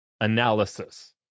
analysis